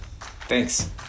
Thanks